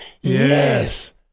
Yes